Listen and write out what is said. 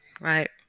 Right